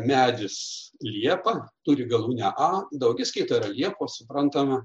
medis liepa turi galūnę a daugiskaita yra liepos suprantama